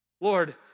Lord